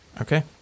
Okay